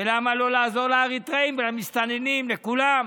ולמה לא לעזור לאריתריאים ולמסתננים, לכולם?